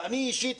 אני אישית,